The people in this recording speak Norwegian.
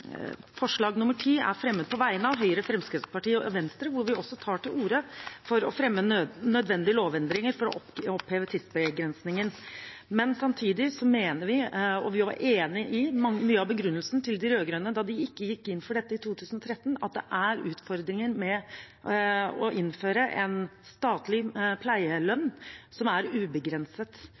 forslag nr. 10 er fremmet på vegne av Høyre, Fremskrittspartiet og Venstre, hvor vi også tar til orde for å fremme nødvendige lovendringer for å oppheve tidsbegrensningen. Samtidig mener vi – og vi var enig i mange av begrunnelsene til de rød-grønne da de ikke gikk inn for dette i 2013 – at det er utfordringer med å innføre en statlig pleielønn som er ubegrenset,